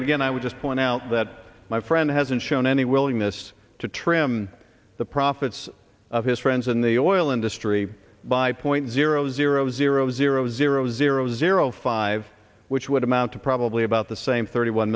feeling again i would just point out that my friend hasn't shown any willingness to trim the profits of his friends in the oil industry by point zero zero zero zero zero zero zero five which would amount to probably about the same thirty one